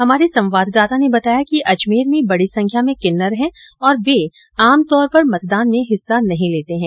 हमारे संवाददाता ने बताया कि अजमेर में बडी संख्या में किन्नर है और वे आमतौर पर मतदान में हिस्सा नहीं लेते है